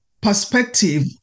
perspective